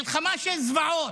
מלחמה של זוועות.